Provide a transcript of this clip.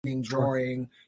drawing